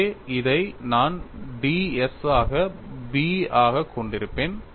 எனவே இதை நான் ds ஆக B ஆகக் கொண்டிருப்பேன்